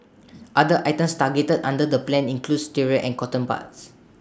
other items targeted under the plan include stirrers and cotton buds